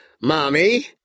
Mommy